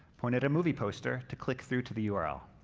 point it at a movie poster to click through to the yeah url.